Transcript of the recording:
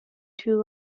two